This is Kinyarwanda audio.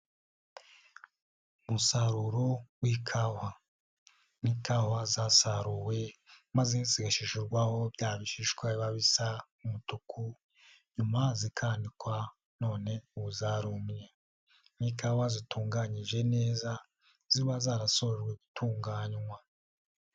Umusaruro w'ikawa ni ikawa zasaruwe maze zigashishurwaho bya bishishwa biba bisa umutuku nyuma zikanikwa none ubu zarumye ni ikawa zitunganyije neza ziba zarasojwe gutunganywa.